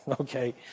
Okay